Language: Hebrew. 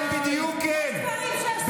כן, בדיוק כן.